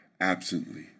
absently